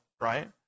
right